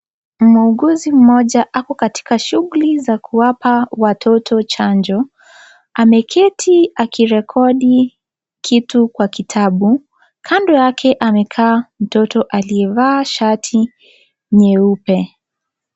Muuguzi mmoja ako katika shughuli za kuwapa watoto chanjo. Ameketi akirekodi kitu kwa kitabu. Kando yake amekaa mtoto aliyevaa shati nyeupe.